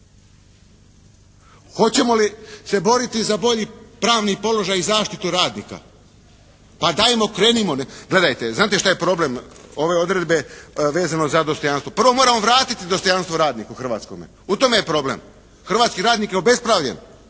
Hoćemo li se boriti za bolji pravni položaj i zaštitu radnika? Pa dajmo krenimo. Gledajte, znate šta je problem ove odredbe vezano za dostojanstvo. Prvo moramo vratiti dostojanstvo radniku hrvatskome. U tome je problem. Hrvatski radnik je obespravljen.